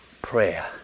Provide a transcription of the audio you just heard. Prayer